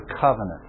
covenant